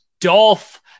Dolph